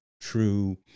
true